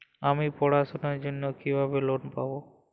আমি পড়াশোনার জন্য কিভাবে লোন পাব?